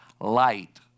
light